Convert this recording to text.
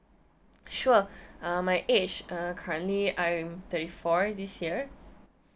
sure uh my age uh currently I'm thirty four this year